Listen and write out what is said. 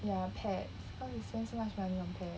ya pets cause we spend so much money on pets